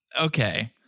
Okay